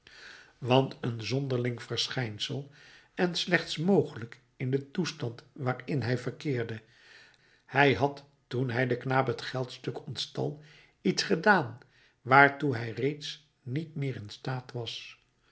want een zonderling verschijnsel en slechts mogelijk in den toestand waarin hij verkeerde hij had toen hij den knaap het geldstuk ontstal iets gedaan waartoe hij reeds niet meer in staat was